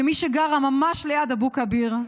כמי שגרה ממש ליד אבו כביר,